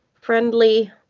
friendly